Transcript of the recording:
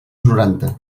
noranta